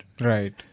Right